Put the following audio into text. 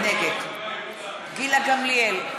נגד גילה גמליאל,